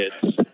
kids